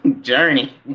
journey